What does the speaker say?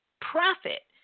Profit